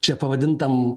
čia pavadintam